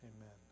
amen